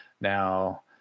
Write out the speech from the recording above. Now